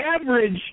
average